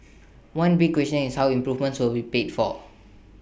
one big question is how improvements will be paid for